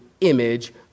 image